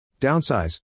Downsize